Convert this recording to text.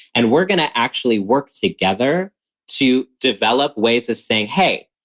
and we're going to actually work together to develop ways of saying, hey,